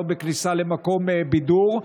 לא בכניסה למקום בידור.